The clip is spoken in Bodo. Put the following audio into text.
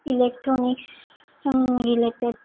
इलेक्ट्रनिक्सजों रिलेटेड